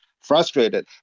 frustrated